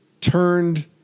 turned